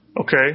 Okay